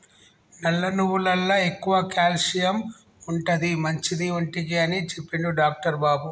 నల్ల నువ్వులల్ల ఎక్కువ క్యాల్షియం ఉంటది, మంచిది ఒంటికి అని చెప్పిండు డాక్టర్ బాబు